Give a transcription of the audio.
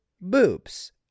boobs